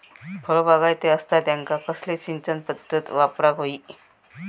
फळबागायती असता त्यांका कसली सिंचन पदधत वापराक होई?